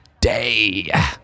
day